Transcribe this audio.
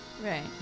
Right